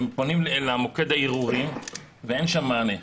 הם פונים למוקד הערעורים ואין שם מענה,